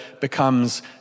becomes